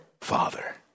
Father